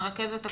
נרכז את הכול,